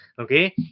okay